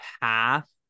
path